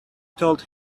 told